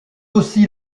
aussi